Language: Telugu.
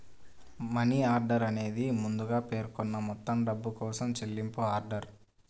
మనీ ఆర్డర్ అనేది ముందుగా పేర్కొన్న మొత్తం డబ్బు కోసం చెల్లింపు ఆర్డర్